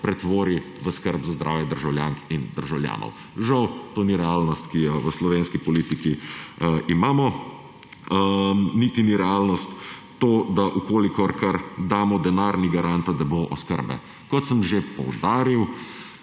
pretvori v skrb za zdravje državljank in državljanov. Žal to ni realnost, ki jo v slovenski politiki imamo, niti ni realnost to, da če kar damo denar, ni garanta, da bo oskrba. Kot sem že poudaril,